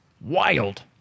Wild